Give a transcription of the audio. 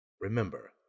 Remember